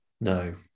No